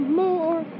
more